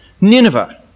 Nineveh